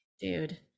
dude